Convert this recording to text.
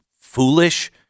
foolish